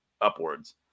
upwards